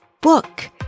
book